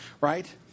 right